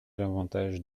l’avantage